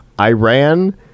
Iran